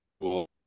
cool